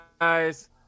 guys